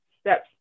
steps